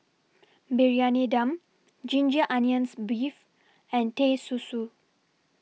Briyani Dum Ginger Onions Beef and Teh Susu